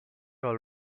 all